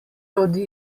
rodi